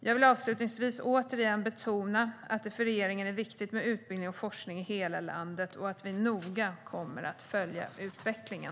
Jag vill avslutningsvis återigen betona att det för regeringen är viktigt med utbildning och forskning i hela landet och att vi noga kommer att följa utvecklingen.